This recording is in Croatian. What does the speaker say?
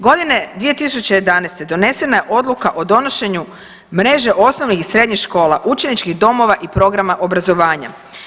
Godine 2011. donesena je odluka o donošenju mreže osnovnih i srednjih škola, učeničkih domova i programa obrazovanja.